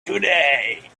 today